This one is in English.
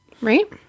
Right